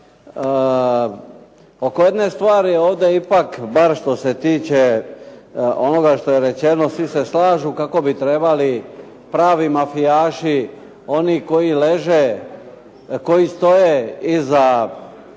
Oko jedne stvari ovdje ipak bar što se tiče onoga što je rečeno svi se slažu kako bi trebali pravi mafijaši, oni koji leže, koji stoje iza